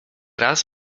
raz